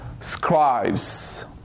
scribes